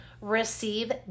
receive